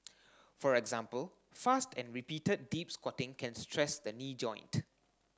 for example fast and repeated deep squatting can stress the knee joint